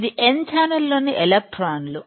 ఇది n ఛానల్లోని ఎలక్ట్రాన్లు